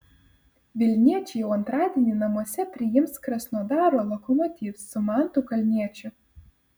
vilniečiai jau antradienį namuose priims krasnodaro lokomotiv su mantu kalniečiu